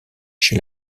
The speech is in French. chez